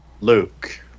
Luke